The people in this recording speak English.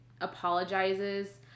apologizes